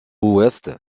ouest